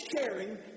sharing